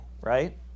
right